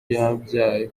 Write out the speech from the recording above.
yabyaye